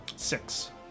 six